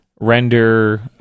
render